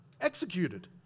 executed